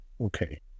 okay